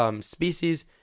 species